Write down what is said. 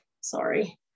Sorry